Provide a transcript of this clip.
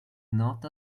not